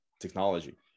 technology